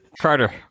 Carter